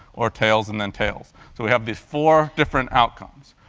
or tails and then tails. so we have these four different outcomes,